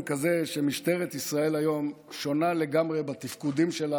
כזה שמשטרת ישראל היום שונה לגמרי בתפקודים שלה